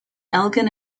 elgin